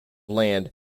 land